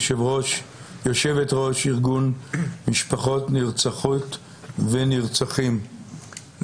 יושבת-ראש ארגון משפחות נרצחות ונרצחים.